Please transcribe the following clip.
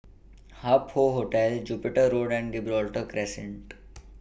Hup Hoe Hotel Jupiter Road and Gibraltar Crescent